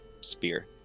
spear